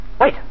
Wait